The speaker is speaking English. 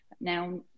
now